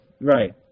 Right